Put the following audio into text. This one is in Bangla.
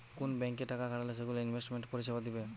কুন ব্যাংকে টাকা খাটালে সেগুলো ইনভেস্টমেন্ট পরিষেবা দিবে